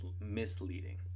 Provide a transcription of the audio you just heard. misleading